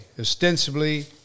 ostensibly